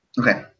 okay